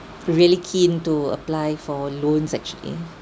really keen to apply for loans actually